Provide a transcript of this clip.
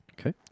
Okay